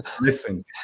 Listen